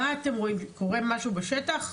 מה אתם רואים, קורה משהו בשטח?